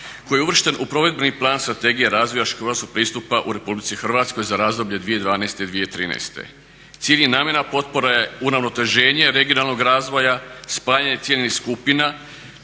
koji je uvršten u provedbeni plan Strategije razvoja širokopojasnog pristupa u RH za razdoblje 2012-2013. Cilj i namjena potpore je uravnoteženje regionalnog razvoja, spajanje ciljnih skupina